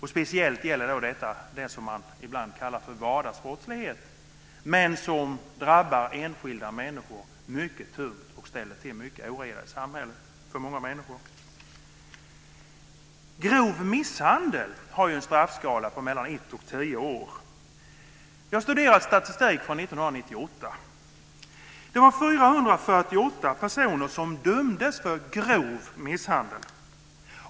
Detta gäller speciellt det som man ibland kallar för vardagsbrottslighet, men som drabbar enskilda människor mycket tungt och ställer till mycket oreda i samhället. Grov misshandel har en straffskala på mellan ett och tio år. Jag har studerat statistik från 1998. Det var 448 personer som dömdes för grov misshandel.